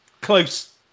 close